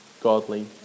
godly